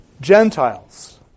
Gentiles